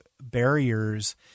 barriers